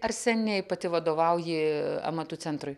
ar seniai pati vadovauji amatų centrui